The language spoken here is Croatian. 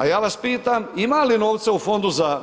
A ja vas pitam ima li novca u Fondu za